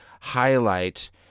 highlight